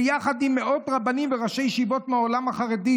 ביחד עם מאות רבנים וראשי ישיבות מהעולם החרדי.